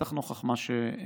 בטח נוכח מה שראינו,